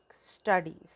studies